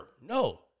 No